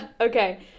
Okay